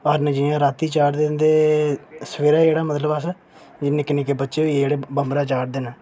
हरण जि'यां रातीं चाढ़दे ते सवेरा जेह्ड़ा मतलब अस निक्के निक्के जेह्ड़े बच्चे होइये बमबरा चाढ़दे न